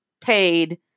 paid